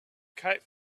kite